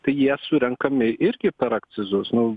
tai jie surenkami irgi per akcizus nu